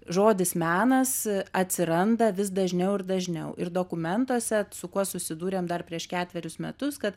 žodis menas atsiranda vis dažniau ir dažniau ir dokumentuose su kuo susidūrėm dar prieš ketverius metus kad